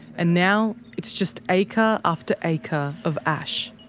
and now, it's just acre after acre of ash.